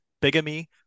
bigamy